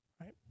right